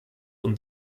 und